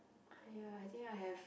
ah yeah I think I have